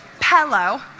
pillow